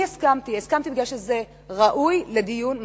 אני הסכמתי, הסכמתי כי זה ראוי לדיון מעמיק.